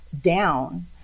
down